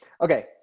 Okay